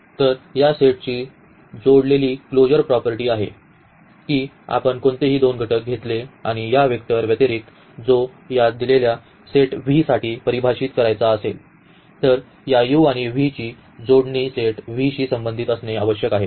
तर या सेटची जोडलेली क्लोजर प्रॉपर्टी आहे की आपण कोणतेही दोन घटक घेतले आणि या वेक्टर व्यतिरिक्त जो या दिलेल्या सेट V साठी परिभाषित करायचा असेल तर या u आणि v ची जोडणी सेट V शी संबंधित असणे आवश्यक आहे